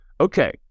okay